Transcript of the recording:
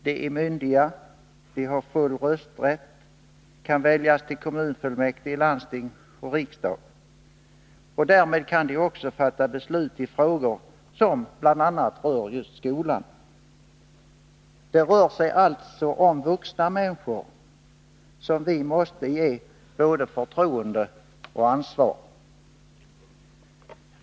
De är myndiga, de har full rösträtt, kan väljas till kommunfullmäktige, landsting och riksdag. Därmed kan de också fatta beslut i frågor som bl.a. rör skolan. Det handlar alltså om vuxna människor, som vi måste ge både förtroende och ansvar.